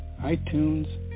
iTunes